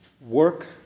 work